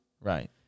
right